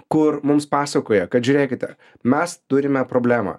kur mums pasakoja kad žiūrėkite mes turime problemą